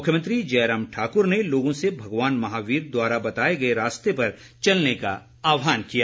मुख्यमंत्री जयराम ठाकुर ने भी लोगों से भगवान महावीर द्वारा बताए गए रास्ते पर चलने का आहवान किया है